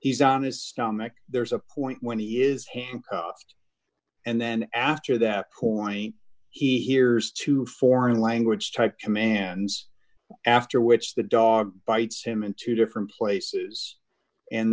he's on his stomach there's a point when he is handcuffed and then after that point he hears two foreign language type commands after which the dog bites him in two different places and